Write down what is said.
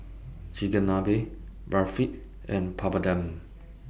Chigenabe Barfi and Papadum